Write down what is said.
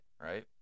right